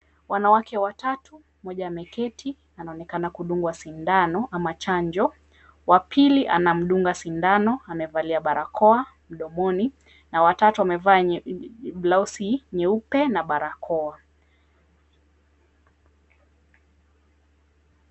Wanawake watatu, mmoja ameketi anaonekana kudungwa sindano ama chanjo. Wa pili, anamdunga sindano amevalia barakoa mdomoni na wa tatu amevaa blauzi nyeupe na barakoa.